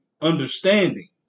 understanding